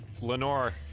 Lenore